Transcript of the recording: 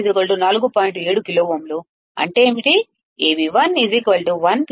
3k R1 4